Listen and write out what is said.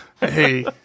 hey